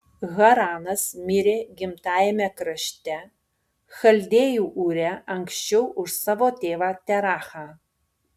haranas mirė gimtajame krašte chaldėjų ūre anksčiau už savo tėvą terachą